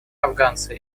афганцы